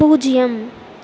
பூஜியம்